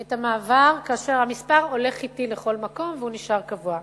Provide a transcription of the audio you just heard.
את המעבר כאשר המספר הולך אתי לכל מקום והוא נשאר קבוע.